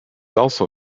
also